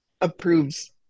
approves